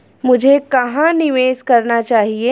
मुझे कहां निवेश करना चाहिए?